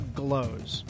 glows